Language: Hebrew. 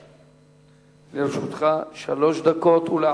3474, 3495, 3501, 3512, 3514 ו-3516.